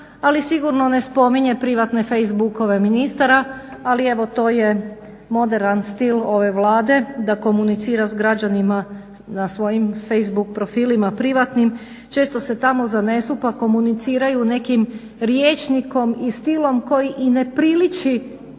ali sigurno ne spominje privatne facebookove ministara ali evo to je moderan stil ove Vlade da komunicira s građanima na svojim facebook profilima privatnim. Često se tamo zanesu pa komuniciraju nekim rječnikom i stilom koji i ne priliči